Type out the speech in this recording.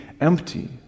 empty